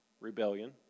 Rebellion